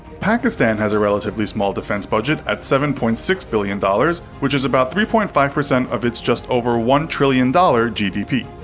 pakistan has a relatively small defense budget at seven point six billion, which is about three point five percent of its just over one trillion dollar gdp.